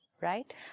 Right